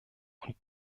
und